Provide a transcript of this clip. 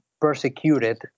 persecuted